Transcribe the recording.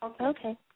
Okay